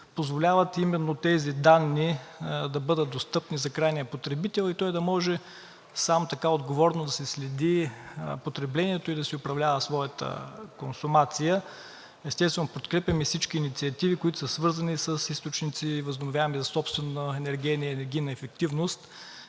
позволяват именно тези данни да бъдат достъпни за крайния потребител и той да може сам отговорно да си следи потреблението и да управлява своята консумация. Естествено, подкрепям и всички инициативи, които са свързани с възобновяеми източници за собствена енергийна ефективност.